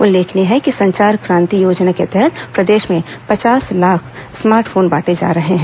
उल्लेखनीय है कि संचार क्रांति योजना के तहत प्रदेश में पचास लाख स्मार्ट फोन बांटे जा रहे हैं